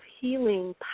healing